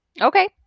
Okay